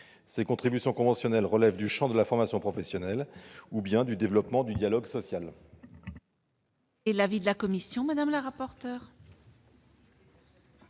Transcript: Ces contributions conventionnelles relèvent du champ de la formation professionnelle ou du développement du dialogue social.